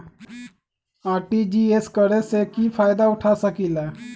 RTGS करे से की फायदा उठा सकीला?